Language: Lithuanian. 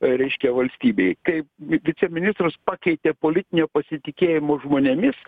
reiškia valstybei kaip vi viceministrus pakeitė politinio pasitikėjimo žmonėmis